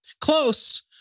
Close